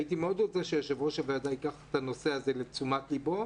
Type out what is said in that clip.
הייתי מאוד רוצה שיושב-ראש הוועדה ייקח את הנושא הזה לתשומת ליבו.